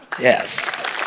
Yes